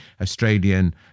Australian